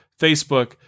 Facebook